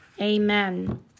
Amen